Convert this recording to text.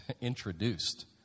introduced